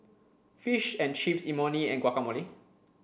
Fish and Chips Imoni and Guacamole